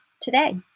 today